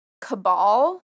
cabal